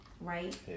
Right